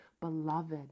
beloved